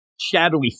shadowy